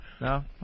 No